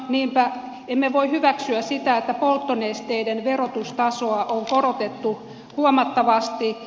niinpä emme voi hyväksyä sitä että polttonesteiden verotustasoa on korotettu huomattavasti